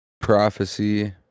prophecy